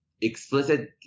explicit